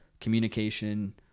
communication